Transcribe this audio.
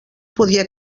podia